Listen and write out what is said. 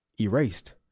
erased